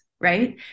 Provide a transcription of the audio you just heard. right